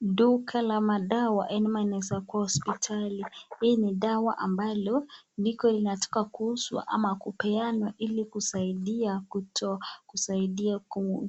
Duka la madawa. Hii ni dawa ambalo liko linataka kuuzwa Ili kusaidia